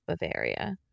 Bavaria